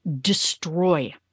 destroy